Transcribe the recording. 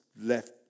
left